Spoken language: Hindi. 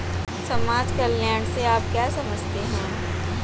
समाज कल्याण से आप क्या समझते हैं?